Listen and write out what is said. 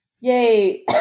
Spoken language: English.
yay